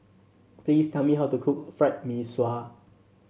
please tell me how to cook Fried Mee Sua